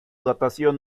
datación